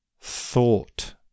thought